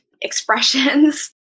expressions